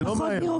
פחות בירוקרטי.